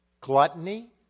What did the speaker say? gluttony